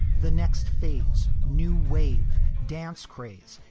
the next phase, new wave dance craze.